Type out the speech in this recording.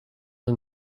een